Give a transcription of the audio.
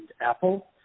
Apple